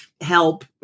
help